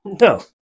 No